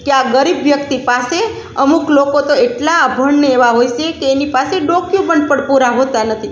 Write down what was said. કે આ ગરીબ વ્યક્તિ પાસે અમુક લોકો તો એટલા અભણને એવા હોય છે કે એની પાસે ડોક્યુપડ પણ પૂરા હોતા નથી